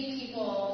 people